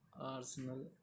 Arsenal